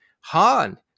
Han